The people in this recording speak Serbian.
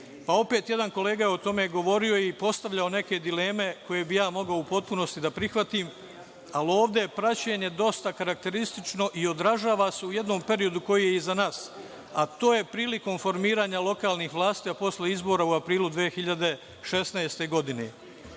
pa opet jedan kolega je o tome govorio i postavljao neke dileme koje bih mogao u potpunosti da prihvatim, ali ovde je praćenje dosta karakteristično i održava se u jednom periodu koji je iza nas, a to je prilikom formiranja lokalnih vlasti, a posle izbora u aprilu 2016. godine.